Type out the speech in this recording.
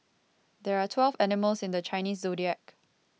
there are twelve animals in the Chinese zodiac